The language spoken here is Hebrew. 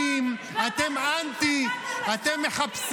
אם היה מישהו אחר, הייתי סומך עליו.